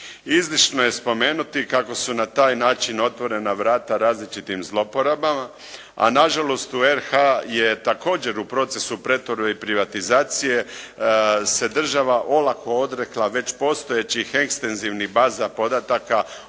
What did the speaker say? Izdašno je spomenuti kako su na taj način otvorena vrata različitim zloporabama a nažalost u RH je također u procesu pretvorbe i privatizacije se država olako odrekla već postojećih ekstenzivnih baza podataka o